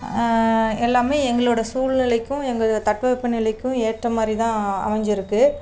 எல்லாமே எங்களோட சூழ்நிலைக்கும் எங்கள் தட்ப வெப்ப நிலைக்கும் ஏற்ற மாதிரி தான் அமைஞ்சிருக்கு